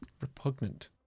Repugnant